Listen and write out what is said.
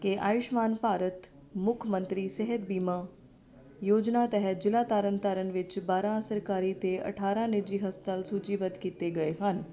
ਕਿ ਆਯੁਸ਼ਮਾਨ ਭਾਰਤ ਮੁੱਖ ਮੰਤਰੀ ਸਿਹਤ ਬੀਮਾ ਯੋਜਨਾ ਤਹਿਤ ਜ਼ਿਲ੍ਹਾ ਤਰਨਤਾਰਨ ਵਿੱਚ ਬਾਰ੍ਹਾਂ ਸਰਕਾਰੀ ਅਤੇ ਅਠਾਰ੍ਹਾਂ ਨਿੱਜੀ ਹਸਪਤਾਲ ਸੂਝੀਬੱਧ ਕੀਤੇ ਗਏ ਹਨ